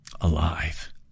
Alive